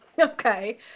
Okay